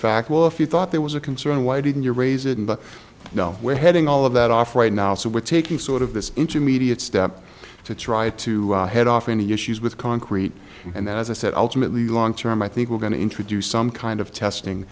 fact well if you thought there was a concern why didn't you raise it and you know we're heading all of that off right now so we're taking sort of this intermediate step to try to head off any issues with concrete and then as i said ultimately long term i think we're going to introduce some kind of testing